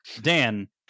Dan